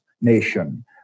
nation